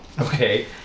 Okay